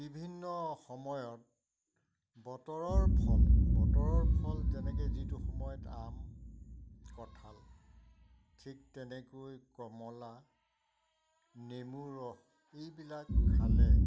বিভিন্ন সময়ত বতৰৰ ফল বতৰৰ ফল যেনেকৈ যিটো সময়ত আম কঁঠাল ঠিক তেনেকৈ কমলা নেমুৰ ৰস এইবিলাক খালে